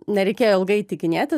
nereikėjo ilgai įtikinėti